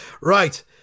right